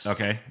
Okay